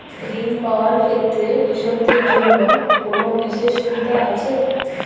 ঋণ পাওয়ার ক্ষেত্রে কৃষকদের জন্য কোনো বিশেষ সুবিধা আছে?